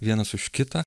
vienas už kitą